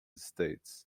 states